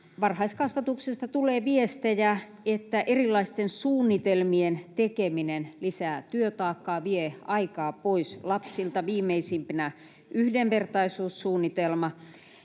varhaiskasvatuksesta tulee viestejä, että erilaisten suunnitelmien tekeminen lisää työtaakkaa, vie aikaa pois lapsilta — viimeisimpänä yhdenvertaisuussuunnitelma.